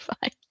fine